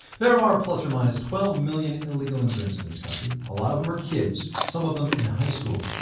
there are, plus or minus, twelve million illegal immigrants in this country. a lot of them are kids some of them in high school.